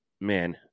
man